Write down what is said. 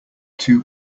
two